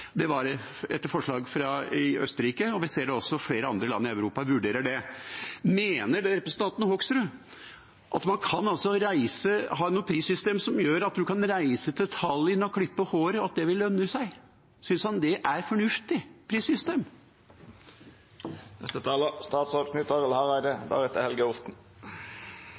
Det er etter et forslag fra Østerrike, og vi ser at også flere land i Europa vurderer det. Mener representanten Hoksrud at man kan ha et prissystem som gjør at man kan reise til Tallinn og klippe håret, og at det vil lønne seg? Synes han det er et fornuftig prissystem?